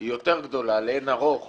היא יותר גדולה לאין ערוך